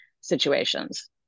situations